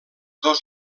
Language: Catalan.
dos